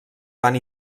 van